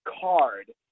card